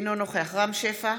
אינו נוכח רם שפע,